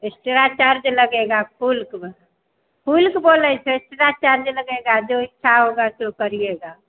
extra charge लगेगा कुल के ब खुलकर बोले सर एक्स्ट्रा चार्ज लगेगा जो इच्छा होगा सो करिएगा